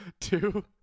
two